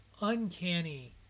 uncanny